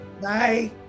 bye